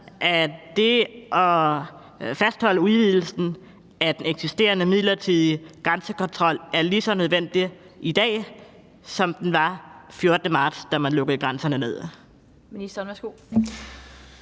at det at fastholde udvidelsen af den eksisterende midlertidige grænsekontrol er lige så nødvendigt i dag, som det var den 14. marts, da man lukkede grænserne.